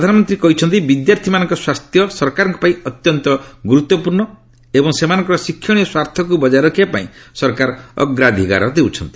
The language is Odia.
ପ୍ରଧାନମନ୍ତ୍ରୀ କହିଛନ୍ତି ବିଦ୍ୟାର୍ଥୀମାନଙ୍କ ସ୍ୱାସ୍ଥ୍ୟ ସରକାରଙ୍କ ପାଇଁ ଅତ୍ୟନ୍ତ ଗୁରୁତ୍ୱପୂର୍ଣ୍ଣ ଏବଂ ସେମାନଙ୍କର ଶିକ୍ଷଣୀୟ ସ୍ୱାର୍ଥକୁ ବଜାୟ ରଖିବା ପାଇଁ ସରକାର ଅଗ୍ରାଧିକାର ଦେଉଛନ୍ତି